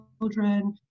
children